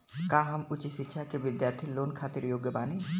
का हम उच्च शिक्षा के बिद्यार्थी लोन खातिर योग्य बानी?